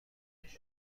دانیم